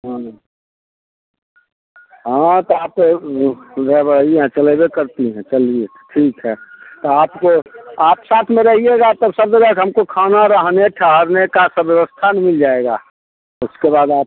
हाँ हाँ तो आपको हैं चलइबे करती हैं चलिए तो ठीक है तो आपको आप साथ में रहिएगा तब सब जगह का हमको खाना रहने ठहरने का सब व्यवस्था ना मिल जाएगा उसके बाद आप